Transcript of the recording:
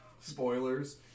Spoilers